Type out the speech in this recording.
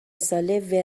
ساله